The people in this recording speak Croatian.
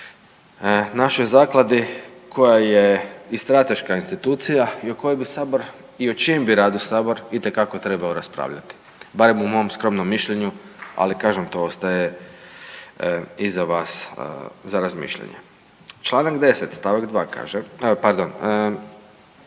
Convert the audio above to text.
našoj zakladi koja je i strateška institucija i o kojoj bi sabor i o čijem bi radu sabor itekako trebao raspravljati, barem u mom skromnom mišljenju, ali kažem to ostaje i za vas za razmišljanje. Čl. 10. st. 2. kaže, pardon,